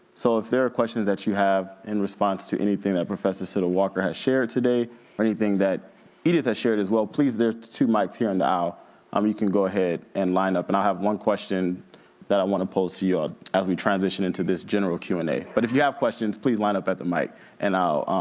so if there are questions that you have in response to anything that professor siddle walker has shared today or anything that edith that shared as well, please, there's two mics here in the aisle. um you can go ahead and line up and i have one question that i wanna pose to you all as we transition into this general q and a. but if you have questions, please line up at the mic and i'll